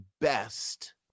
best